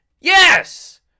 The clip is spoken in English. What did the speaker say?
Yes